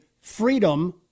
freedom